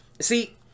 See